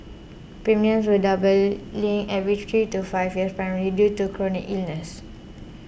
premiums were doubling every three to five years primarily due to chronic illnesses